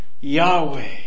Yahweh